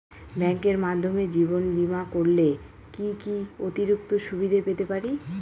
ব্যাংকের মাধ্যমে জীবন বীমা করলে কি কি অতিরিক্ত সুবিধে পেতে পারি?